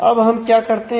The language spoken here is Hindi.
अब हम क्या करते हैं